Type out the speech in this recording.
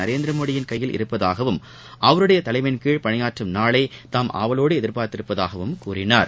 நரேந்திரமோடியின் கையில் உள்ளதாகவும் அவருடைய தலைமையின்கீழ் பணியாற்றும் நாளை தாம் ஆவலோடு எதிர்பார்த்திருப்பதாகவும் கூறினார்